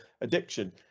addiction